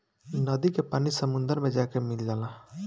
नदी के पानी समुंदर मे जाके मिल जाला